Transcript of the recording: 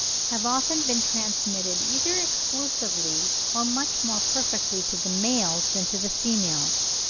have often been transmitted either exclusively or much more perfectly to the males than to the females.